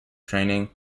training